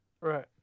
Right